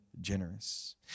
generous